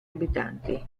abitanti